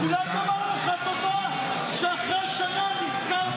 כולנו נאמר לך תודה על שאחרי שנה נזכרתם.